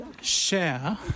share